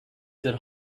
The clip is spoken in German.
der